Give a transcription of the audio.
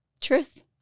Truth